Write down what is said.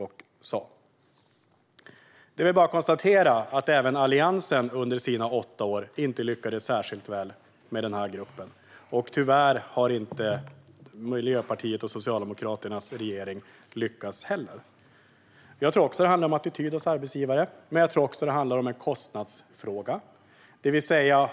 Det är väl bara att konstatera att inte heller Alliansen under sina åtta år inte lyckades särskilt väl med den här gruppen. Tyvärr har inte heller Miljöpartiets och Socialdemokraternas regering lyckats. Jag tror också att det handlar om attityd hos arbetsgivare, men det är nog också en kostnadsfråga.